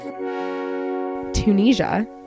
Tunisia